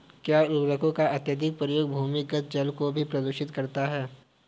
क्या उर्वरकों का अत्यधिक प्रयोग भूमिगत जल को भी प्रदूषित करता है?